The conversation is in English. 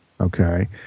okay